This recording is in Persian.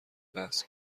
بحث